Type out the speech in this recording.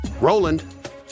Roland